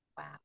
Wow